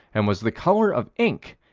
and was the color of ink,